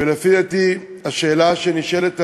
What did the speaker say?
ולפי דעתי, השאלה שנשאלת היום,